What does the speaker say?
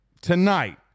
tonight